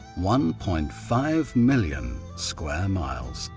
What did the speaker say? one point five million square miles.